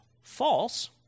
false